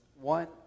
one